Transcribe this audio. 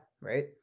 right